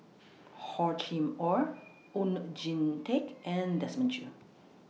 Hor Chim Or Oon Jin Teik and Desmond Choo